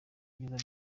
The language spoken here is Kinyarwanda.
ibyiza